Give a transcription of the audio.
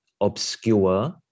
obscure